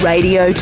Radio